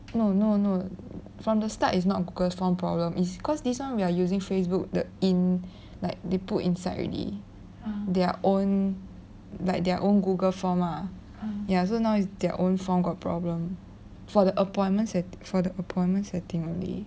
no no no from the start is not google form problem is cause this one we are using facebook the in like they put inside already their own like their own google form ah ya so now is their own form got problem for the appointments for the appointment settings only